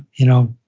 you know,